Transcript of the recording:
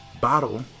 bottle